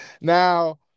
Now